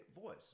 voice